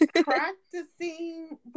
Practicing